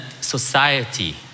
society